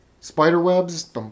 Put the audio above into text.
Spiderwebs